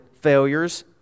failures